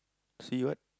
see what